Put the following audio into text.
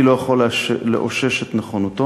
אני לא יכול לאשש את נכונותו,